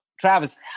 Travis